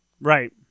Right